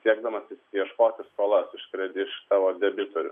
siekdamas išsiieškoti skolas iš kredi iš savo debitorių